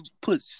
put